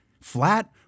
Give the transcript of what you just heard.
flat